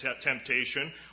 temptation